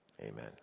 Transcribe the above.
Amen